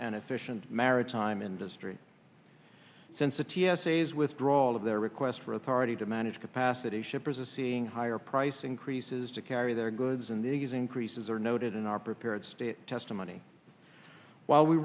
and efficient maritime industry since the t s a is withdrawal of their request for authority to manage capacity shippers of seeing higher price increases to carry their goods in these increases are noted in our prepared state testimony while we